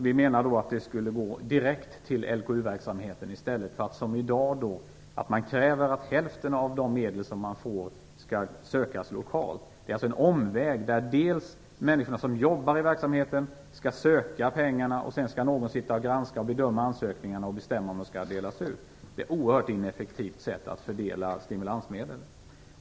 Vi menar att de skulle gå direkt till LKU verksamheten i stället för att som i dag kräva att hälften av de medel som man får skall sökas lokalt. Det är en omväg där människorna som jobbar i verksamheten skall söka pengarna, och sedan skall någon sitta och granska och bedöma ansökningarna och bestämma om pengar skall delas ut. Det är ett oerhört ineffektivt sätt att fördela stimulansmedel.